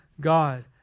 God